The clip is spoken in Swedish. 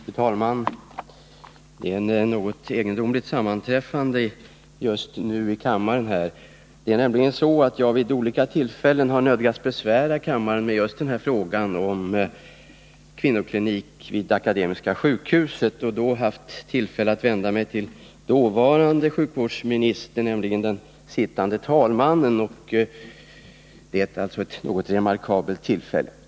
Fru talman! Det är ett något egendomligt sammanträffande just nu här i kammaren. Jag har nämligen vid olika tillfällen nödgats besvära kammaren med just den här frågan om kvinnoklinik vid Akademiska sjukhuset, och jag har då vänt mig till dåvarande sjukvårdsministern, nämligen den sittande talmannen. Situationen är alltså något remarkabel.